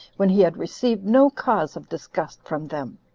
when he had received no cause of disgust from them.